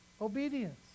Obedience